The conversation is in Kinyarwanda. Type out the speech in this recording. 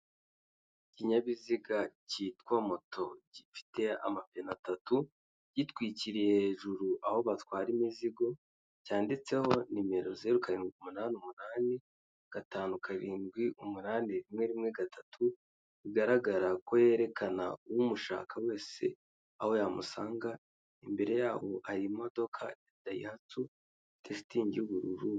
Ikinyabiziga cyitwa moto, gifite amapine atatu gitwikiriye hejuru aho batwara imizigo, cyanditseho nimero zeru karindwi umunani umunani gatanu karindwi umunani rimwe rimwe gatatu, bigaragara ko yerekana umushaka wese aho yamusanga, imbere yaho hari imodoka dayihatsu ishitingi y'ubururu.